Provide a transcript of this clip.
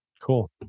cool